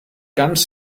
ganz